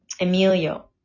Emilio